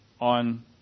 on